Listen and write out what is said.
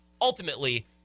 Ultimately